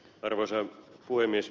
arvoisa puhemies